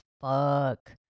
Fuck